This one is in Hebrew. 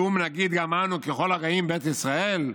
כלום נגיד גם אנו: ככל הגויים בית ישראל?